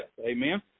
Amen